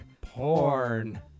porn